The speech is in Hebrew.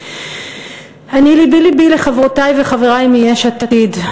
אני, לבי לבי לחברותי וחברי מיש עתיד,